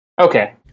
Okay